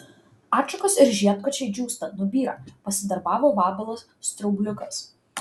atšakos ir žiedkočiai džiūsta nubyra pasidarbavo vabalas straubliukas